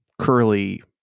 curly